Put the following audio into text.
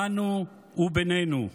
בנו ובינינו.